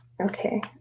Okay